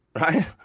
right